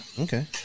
Okay